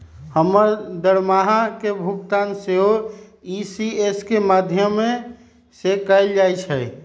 हमर दरमाहा के भुगतान सेहो इ.सी.एस के माध्यमें से कएल जाइ छइ